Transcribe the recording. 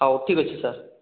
ହେଉ ଠିକ ଅଛି ସାର୍